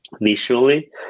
visually